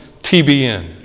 TBN